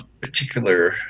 particular